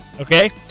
Okay